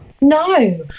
No